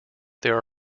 there